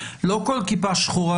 לא כל כיפה שחורה,